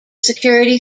security